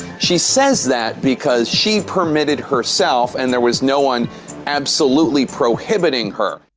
she says that because she permitted herself and there was no one absolutely prohibiting her.